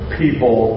people